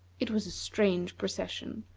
it was a strange procession.